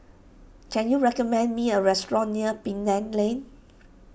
can you recommend me a restaurant near Penang Lane